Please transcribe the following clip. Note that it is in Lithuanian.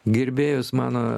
gerbėjus mano